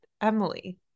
Emily